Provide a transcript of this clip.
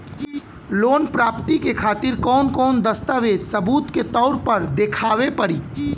Loan प्राप्ति के खातिर कौन कौन दस्तावेज सबूत के तौर पर देखावे परी?